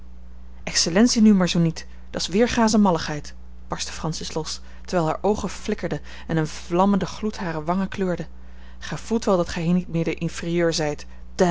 excellentie nu maar zoo niet dat's weergasche malligheid barstte francis los terwijl haar oogen flikkerden en een vlammende gloed hare wangen kleurde gij voelt wel dat gij hier niet meer de inferieur zijt